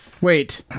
Wait